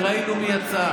וראינו מי יצא: